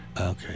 Okay